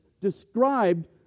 described